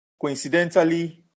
coincidentally